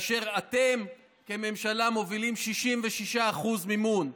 אתם כממשלה מובילים 66% מימון,